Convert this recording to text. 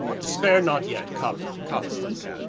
despair not yet, come constance,